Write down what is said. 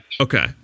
Okay